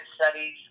studies